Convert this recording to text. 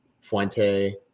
Fuente